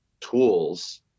tools